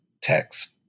text